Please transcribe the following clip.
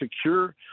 secure